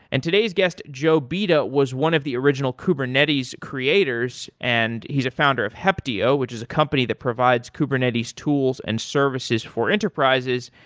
and today's guest, joe bed, but was one of the original kubernetes creators and he's a founder of heptio, which is a company that provides kubernetes tools and services for enterprises,